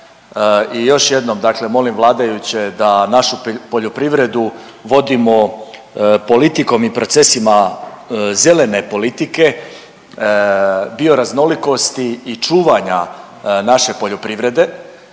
i još jednom dakle molim vladajuće da našu poljoprivredu vodimo politikom i procesima zelene politike, bioraznolikosti i čuvanja naše poljoprivrede.